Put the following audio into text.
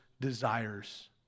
desires